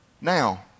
now